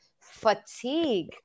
fatigue